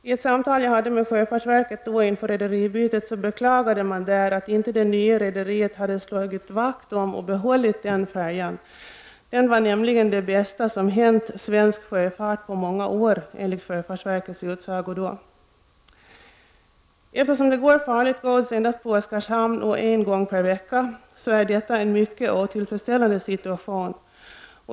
I ett samtal jag hade med representanter för sjöfartsverket inför rederibytet beklagade man där att det nya rederiet inte hade slagit vakt om och behållit denna färja. Den var nämligen det bästa som hade hänt svensk sjöfart på många år, enligt sjöfartsverkets utsago då. Situationen är mycket otillfredsställande då det endast går farligt gods på Oskarshamn en gång i veckan.